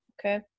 Okay